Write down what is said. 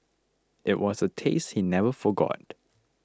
it was a taste he never forgot